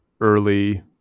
early